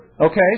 Okay